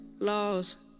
lost